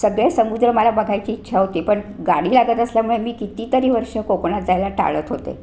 सगळे समुद्र मला बघायची इच्छा होती पण गाडी लागत असल्यामुळे मी कितीतरी वर्षं कोकणात जायला टाळत होते